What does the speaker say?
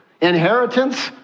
Inheritance